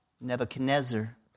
Nebuchadnezzar